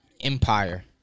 Empire